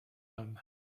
home